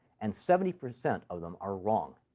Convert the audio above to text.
and seventy percent of them are wrong.